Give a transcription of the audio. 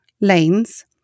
lanes